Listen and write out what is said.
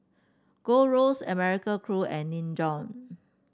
Gold Roast American Crew and Nin Jiom